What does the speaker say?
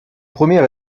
première